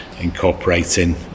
incorporating